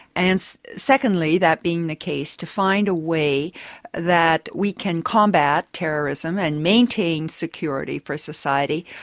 and secondly, that being the case, to find a way that we can combat terrorism and maintain security for society,